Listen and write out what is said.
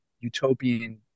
utopian